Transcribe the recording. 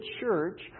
church